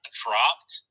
dropped